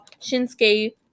Shinsuke